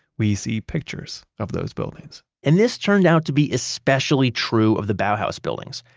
we see pictures of those buildings and this turned out to be especially true of the bauhaus buildings,